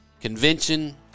convention